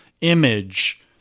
image